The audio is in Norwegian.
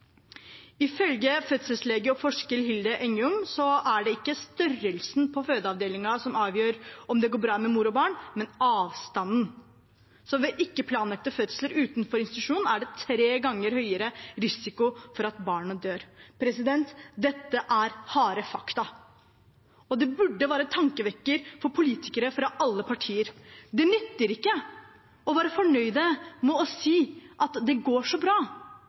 Ifølge fødselslege og forsker Hilde Engjom er det ikke størrelsen på fødeavdelingen som avgjør om det går bra med mor og barn, men avstanden. Ved ikke-planlagte fødsler utenfor institusjon er det tre ganger høyere risiko for at barnet dør. Dette er harde fakta, og det burde være en tankevekker for politikere fra alle partier. Det nytter ikke å være fornøyd med å si at det går så bra, at vi er heldige fordi det for det meste går bra,